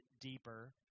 deeper